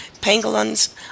pangolins